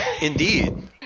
Indeed